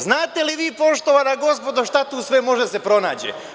Znate li vi, poštovana gospodo, šta tu sve može da se pronađe?